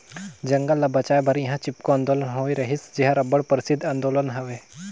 जंगल ल बंचाए बर इहां चिपको आंदोलन होए रहिस जेहर अब्बड़ परसिद्ध आंदोलन हवे